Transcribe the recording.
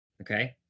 Okay